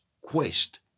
quest